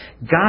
God